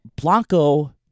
Blanco